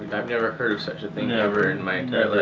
i've never heard of such a thing ever in my entire life.